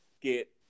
get